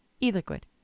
e-liquid